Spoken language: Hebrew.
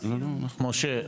משה,